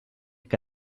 que